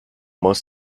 most